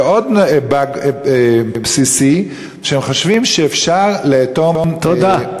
ועוד באג בסיסי, שהם חושבים שאפשר לאטום, תודה.